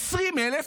20,000,